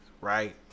right